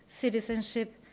citizenship